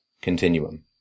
continuum